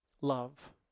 love